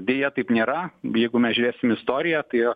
deja taip nėra jeigu mes žiūrėsim istoriją tai jie